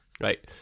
right